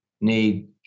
need